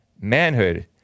manhood